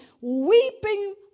weeping